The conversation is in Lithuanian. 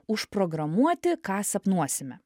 užprogramuoti ką sapnuosime